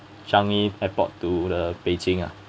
changi airport to the beijing ah